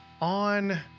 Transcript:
on